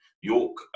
York